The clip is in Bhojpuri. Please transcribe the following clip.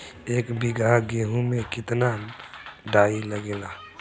एक बीगहा गेहूं में केतना डाई लागेला?